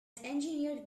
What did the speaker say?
engineered